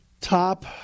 Top